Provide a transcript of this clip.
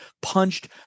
punched